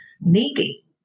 needy